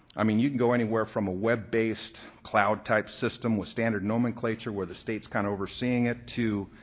i mean you can go anywhere from a web-based cloud type system with standard nomenclature where the state's kind of overseeing it to